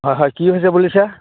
হয় হয় কি হৈছে বুলিছে